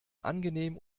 angenehm